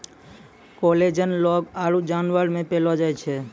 collagen लोग आरु जानवर मे पैलो जाय छै